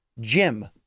Jim